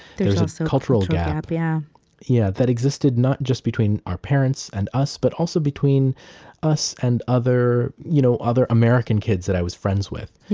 there's also a cultural gap yeah yeah that existed not just between our parents and us, but also, between us and other you know other american kids that i was friends with.